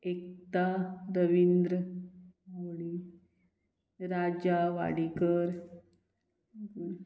एकता रविंद्र होडी राजा वाडिकर